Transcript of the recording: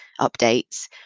updates